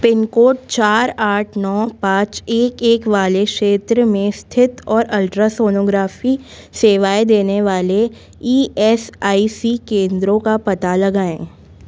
pin code चार आठ नौ पाँच एक एक वाले क्षेत्र में स्थित और अल्ट्रासोनोग्राफी सेवाएँ देने वाले ई एस आई सी केंद्रों का पता लगाएँ